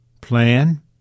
plan